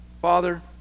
Father